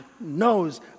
knows